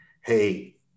hey